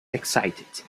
excited